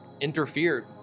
interfered